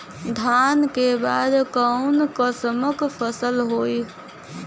धान के बाद कऊन कसमक फसल होई?